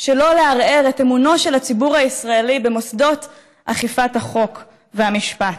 שלא לערער את אמונו של הציבור הישראלי במוסדות אכיפת החוק והמשפט.